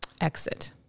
exit